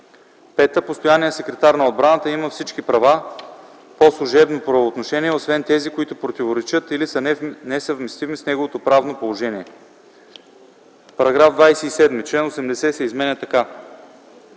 (5) Постоянният секретар на отбраната има всички права по служебни правоотношения освен тези, които са несъвместими с неговото правно положение.” § 27. Член 80 се изменя така: